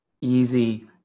easy